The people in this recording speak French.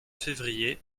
février